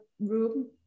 room